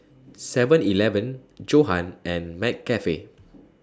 Seven Eleven Johan and McCafe